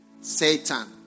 Satan